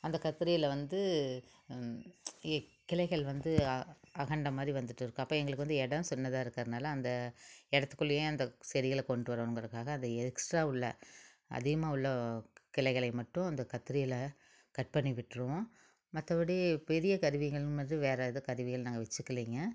அந்த கத்தியில் வந்து கிளைகள் வந்து அ அகண்ட மாதிரி வந்துட்டு இருக்கும் அப்போ எங்களுக்கு வந்து இடம் சின்னதாக இருக்கிறனால அந்த இடத்துக்குள்ளையே அந்த செடிகளை கொண்டு வரணும்ங்கிறதுக்காக அந்த எக்ஸ்ட்ரா உள்ள அதிகமாக உள்ள கிளைகளை மட்டும் இந்த கத்திரியில் கட் பண்ணி விட்டுருவோம் மற்றபடி பெரிய கருவிகள் வேறு எதுவும் கருவிகள் நாங்கள் வச்சுக்கிலைங்க